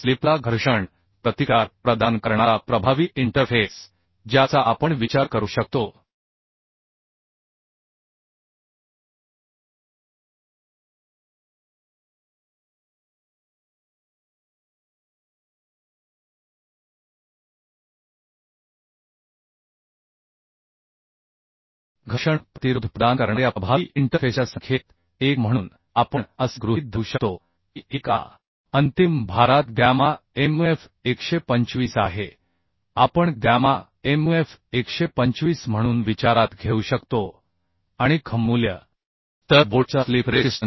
स्लिपला घर्षण प्रतिकार प्रदान करणारा प्रभावी इंटरफेस ज्याचा आपण विचार करू शकतो घर्षण प्रतिरोध प्रदान करणार्या प्रभावी इंटरफेसच्या संख्येत 1 म्हणून आपण असे गृहीत धरू शकतो की 1 आता अंतिम भारात गॅमा mf 125 आहे आपण गॅमा mf 125 म्हणून विचारात घेऊ शकतो आणि Kh मूल्य आपण 1 एकतर 1 किंवा 07 पाहिले आहे